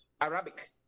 Arabic